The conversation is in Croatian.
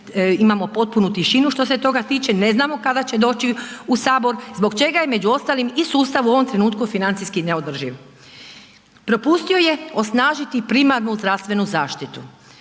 imamo potpunu tišinu što se tiče, ne znamo kada će doći u Sabor, zbog čega je među ostalim i sustav u ovom trenutku financijski neodrživim. Propustio je osnažiti primarnu zdravstvenu zaštitu,